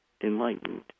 Enlightened